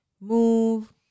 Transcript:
move